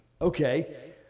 Okay